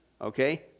okay